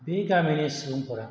बे गामिनि सुबुंफोरा